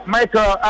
Michael